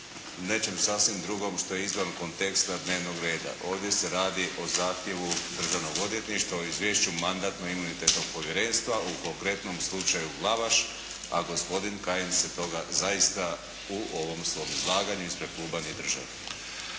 nečem sasvim drugom što je izvan konteksta dnevnog reda. Ovdje se radi o zahtjevu Državnog odvjetništva o Izvješću Mandatno-imunitetnog povjerenstva u konkretnom slučaju Glavaš, a gospodin Kajin se toga zaista u ovom svom izlaganju ispred kluba nije držao.